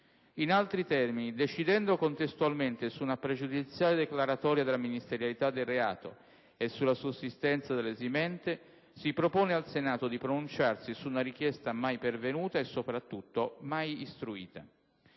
In altri termini, decidendo contestualmente su una pregiudiziale declaratoria della ministerialità del reato e sulla sussistenza dell'esimente, si propone al Senato di pronunciarsi su una richiesta mai pervenuta e soprattutto mai istruita.